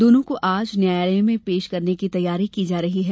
दोनों को आज न्यायालय में पेश करने की तैयारी की जा रही है